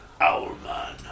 Owlman